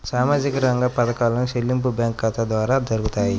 సామాజిక రంగ పథకాల చెల్లింపులు బ్యాంకు ఖాతా ద్వార జరుగుతాయా?